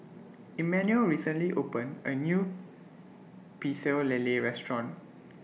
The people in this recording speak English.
Immanuel recently opened A New Pecel Lele Restaurant